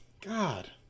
God